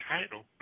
title